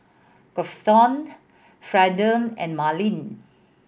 Grafton Fernand and Marlee